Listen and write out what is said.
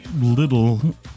little